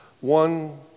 One